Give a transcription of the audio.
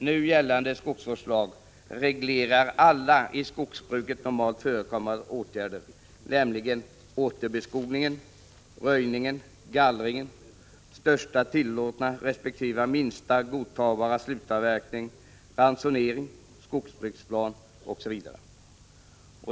Nu gällandg skogsvårdslag reglerar alla i skogsbruket normalt förekommande åtgärder, nämligen återbeskogning, röjning, gallring, största tillåtna resp. minsta godtagbara slutavverkning, ransonering, skogsbruksplan osv.